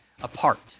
apart